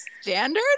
standard